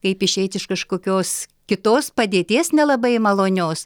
kaip išeit iš kažkokios kitos padėties nelabai malonios